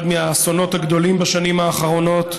אחד מהאסונות הגדולים בשנים האחרונות.